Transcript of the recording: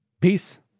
Peace